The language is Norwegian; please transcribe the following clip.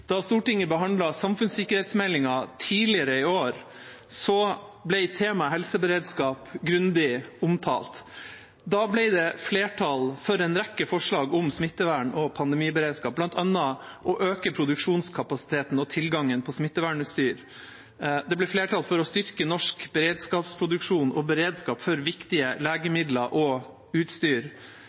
Da Stortinget behandlet samfunnssikkerhetsmeldinga tidligere i år, ble temaet helseberedskap grundig omtalt. Da ble det flertall for en rekke forslag om smittevern og pandemiberedskap, bl.a. å øke produksjonskapasiteten og tilgangen på smittevernutstyr. Det ble flertall for å styrke norsk beredskapsproduksjon og beredskap for viktige legemidler og utstyr